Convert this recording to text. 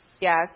yes